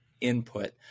input